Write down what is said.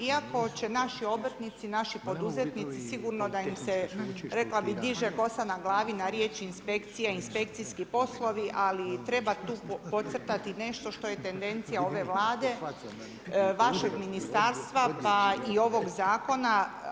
Iako će naši obrtnici, naši poduzetnici sigurno da im se, rekla bih, diže kosa na glavi na riječ inspekcija, inspekcijski poslovi ali i treba tu podcrtati i nešto što je tendencija ove Vlade, vašeg ministarstva pa i ovog zakona.